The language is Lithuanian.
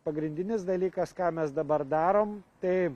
pagrindinis dalykas ką mes dabar darom tai